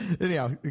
Anyhow